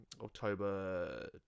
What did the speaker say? October